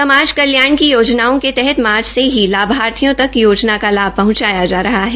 समाज कल्याण की योजनाओं के तहत मार्च से ही लाभार्थियों तक योजना का लाभ पहचाया जा रहा है